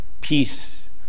peace